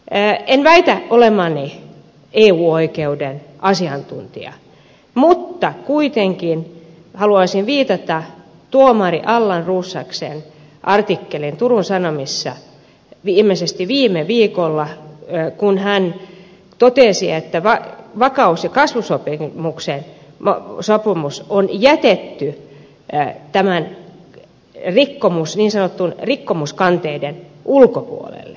en väitä olevani eu oikeuden asiantuntija mutta kuitenkin haluaisin viitata tuomari allan rosaksen artikkeliin turun sanomissa ilmeisesti viime viikolla kun hän totesi että vakaus ja kasvusopimus on jätetty näiden niin sanottujen rikkomuskanteiden ulkopuolelle